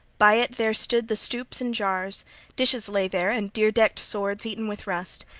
by it there stood the stoups and jars dishes lay there, and dear-decked swords eaten with rust,